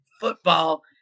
Football